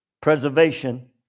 preservation